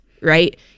right